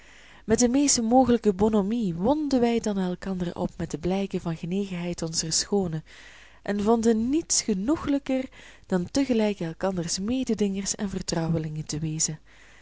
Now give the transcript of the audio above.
met de meest mogelijke bonhommie wonden wij dan elkander op met de blijken van genegenheid onzer schoone en vonden niets genoeglijker dan tegelijk elkanders mededingers en vertrouwelingen te wezen